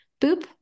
boop